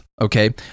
Okay